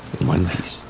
one piece.